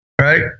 right